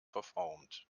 verformt